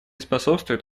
способствует